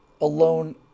alone